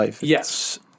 Yes